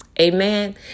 Amen